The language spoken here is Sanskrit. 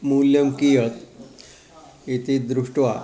मूल्यं कियत् इति दृष्ट्वा